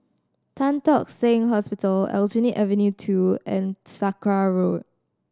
Tan Tock Seng Hospital Aljunied Avenue Two and Sakra Road